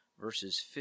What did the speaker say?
verses